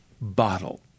bottle